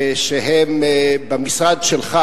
שהם במשרד שלך,